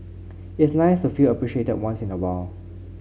it's nice to feel appreciated once in a while